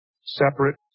separate